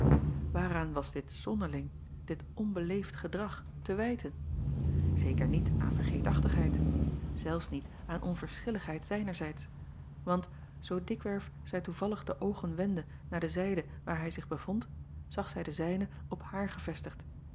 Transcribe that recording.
aaraan was dit zonderling dit onbeleefd gedrag te wijten eker niet aan vergeetachtigheid zelfs niet aan onverschilligheid zijnerzijds want zoo dikwerf zij toevallig de oogen wendde naar de zijde waar hij zich bevond zag zij de zijne op haar gevestigd